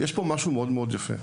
עכשיו, יש פה משהו מאוד-מאוד יפה.